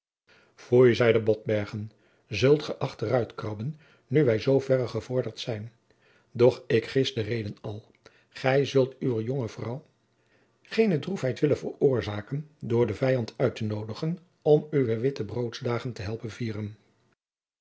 foei zeide botbergen zult ge achteruit krabben nu wij zooverre gevorderd zijn doch ik gis de reden al gij zult uwer jonge vrouw geene droefheid willen veroorzaken door den vijand uit te noodigen om uwe wittebroodsdagen te helpen vieren